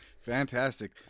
fantastic